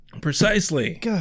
Precisely